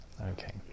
Okay